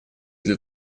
для